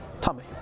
tummy